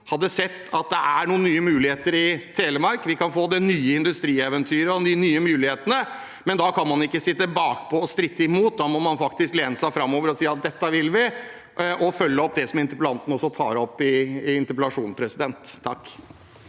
hadde sett at det er noen nye muligheter i Telemark. Vi kan få det nye industrieventyret og de nye mulighetene, men da kan man ikke sitte bakpå og stritte imot. Da må man faktisk lene seg framover og si at vi vil dette, og følge opp det som interpellanten også tar opp i interpellasjonen. Marius Arion